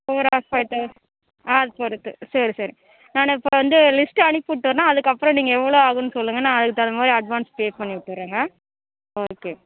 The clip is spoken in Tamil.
ஃபோர் ஆர் ஃபை தௌசண் ஆ அது பொருத்து சரி சரி நான் இப்போ வந்து லிஸ்ட்டு அனுப்பிவிட்டோன்ன அதுக்கப்புறம் நீங்கள் எவ்வளோ ஆகும்னு சொல்லுங்கள் நான் அதுக்கு தகுந்த மாதிரி அட்வான்ஸ் பே பண்ணி விட்டுறேங்க ஓகே